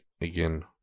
again